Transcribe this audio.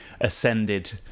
ascended